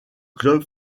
club